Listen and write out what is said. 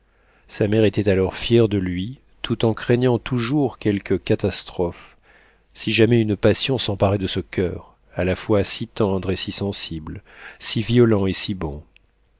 sa mère était alors fière de lui tout en craignant toujours quelque catastrophe si jamais une passion s'emparait de ce coeur à la fois si tendre et si sensible si violent et si bon